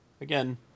Again